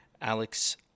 Alex